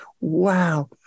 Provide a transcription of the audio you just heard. wow